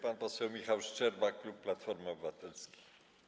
Pan poseł Michał Szczerba, klub Platforma Obywatelska.